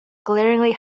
glaringly